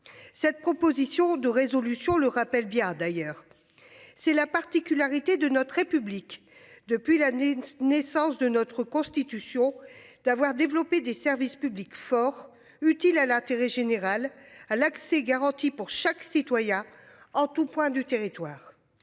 Cette proposition de résolution le rappelle bien d'ailleurs. C'est la particularité de notre République depuis l'année de naissance de notre constitution d'avoir développé des services publics fort utiles à l'intérêt général à l'accès garanti pour chaque citoyen en tout point du territoire.